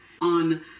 on